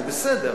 זה בסדר.